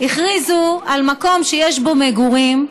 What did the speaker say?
הכריזו על מקום שיש בו מגורים,